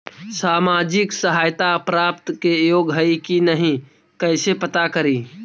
सामाजिक सहायता प्राप्त के योग्य हई कि नहीं कैसे पता करी?